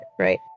right